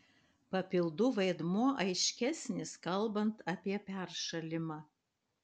papildų vaidmuo aiškesnis kalbant apie peršalimą